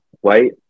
white